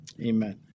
Amen